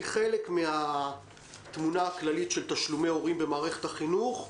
הוא חלק מן התמונה הכללית של תשלומי הורים במערכת החינוך,